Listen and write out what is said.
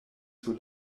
sur